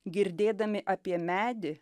girdėdami apie medį